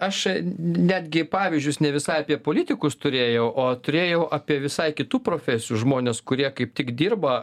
aš netgi pavyzdžius ne visai apie politikus turėjau o turėjau apie visai kitų profesijų žmones kurie kaip tik dirba